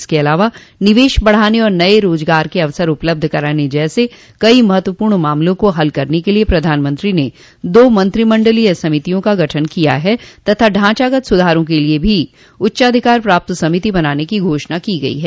इसके अलावा निवेश बढ़ाने और नये रोजगार के अवसर उपलब्ध कराने जैसे कई महत्वपूर्ण मामलों को हल करने के लिए प्रधानमंत्री ने दो मंत्रिमंडलीय समितियों का गठन किया है तथा ढांचागत सुधारों के लिए भी उच्चाधिकार प्राप्त समिति बनाने की घोषणा की गयी है